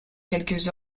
quelques